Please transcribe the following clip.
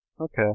Okay